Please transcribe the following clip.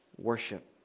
worship